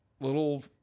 little